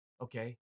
okay